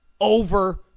over